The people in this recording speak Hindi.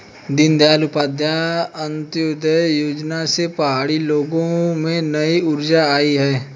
दीनदयाल उपाध्याय अंत्योदय योजना से पहाड़ी लोगों में नई ऊर्जा आई है